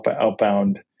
Outbound